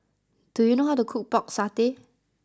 do you know how to cook Pork Satay